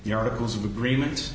the articles of agreements